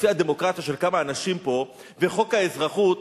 לפי הדמוקרטיה של כמה אנשים פה וחוק האזרחות,